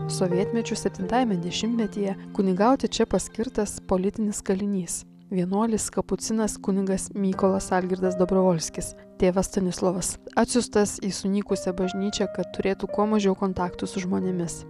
sovietmečiu septintajame dešimtmetyje kunigauti čia paskirtas politinis kalinys vienuolis kapucinas kunigas mykolas algirdas dobrovolskis tėvas stanislovas atsiųstas į sunykusią bažnyčią kad turėtų kuo mažiau kontaktų su žmonėmis